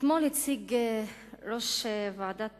אתמול הציג ראש ועדת